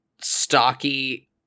stocky